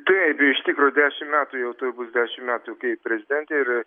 taip iš tikro dešim metų jau tuoj bus dešimt metų kai prezidentė ir